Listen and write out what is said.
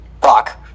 Fuck